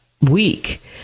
week